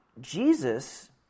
Jesus